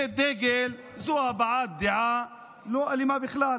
זה דגל, זו הבעת דעה לא אלימה בכלל.